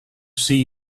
see